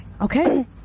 Okay